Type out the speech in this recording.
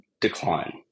decline